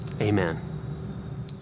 Amen